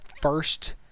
first